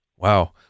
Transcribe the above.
Wow